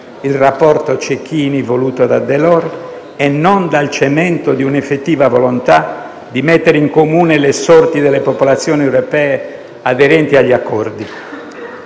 (il rapporto Cecchini voluto da Delors) e non dal cemento di un'effettiva volontà di mettere in comune le sorti delle popolazioni europee aderenti agli accordi.